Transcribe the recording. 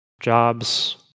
Jobs